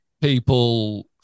people